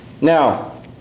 Now